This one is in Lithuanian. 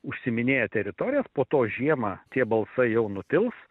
užsiiminėja teritorijas po to žiemą tie balsai jau nutils